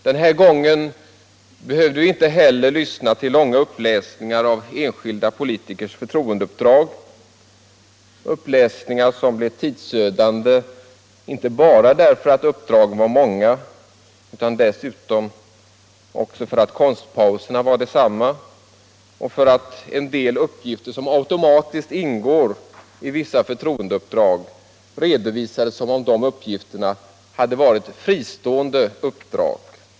Den här gången behövde vi inte heller lyssna till långa uppläsningar av enskilda politikers förtroendeuppdrag, uppläsningar som blev tidsödande inte bara därför att uppdragen var många, utan för att konstpauserna också var det. En del uppgifter som automatiskt ingår i vissa förtroendeuppdrag redovisades som om de hade varit fristående uppdrag.